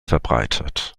verbreitet